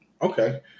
Okay